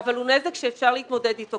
אבל הוא נזק שאפשר להתמודד אתו.